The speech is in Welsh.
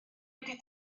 ydy